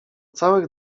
całych